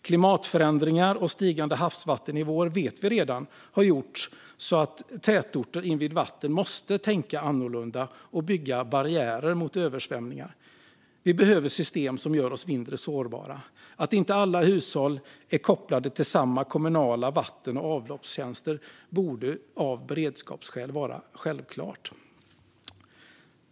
Klimatförändringar och stigande havsvattennivåer vet vi redan har gjort att tätorter invid vatten måste tänka annorlunda och bygga barriärer mot översvämningar. Vi behöver system som gör oss mindre sårbara. Att inte alla hushåll är kopplade till samma kommunala vatten och avloppstjänster borde av beredskapsskäl vara självklart.